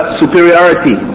superiority